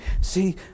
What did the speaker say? See